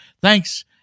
Thanks